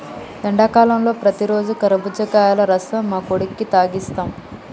ఎండాకాలంలో ప్రతిరోజు కర్బుజకాయల రసం మా కొడుకుకి తాగిస్తాం